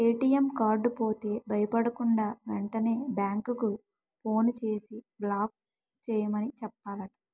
ATM card పోతే భయపడకుండా, వెంటనే బేంకుకి ఫోన్ చేసి బ్లాక్ చేయమని చెప్పాలట